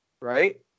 Right